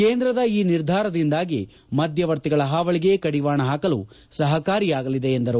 ಕೇಂದ್ರದ ಈ ನಿರ್ಧಾರದಿಂದಾಗಿ ಮಧ್ಯವರ್ತಿಗಳ ಪಾವಳಿಗೆ ಕಡಿವಾಣ ಪಾಕಲು ಸಹಕಾರಿಯಾಗಲಿದೆ ಎಂದರು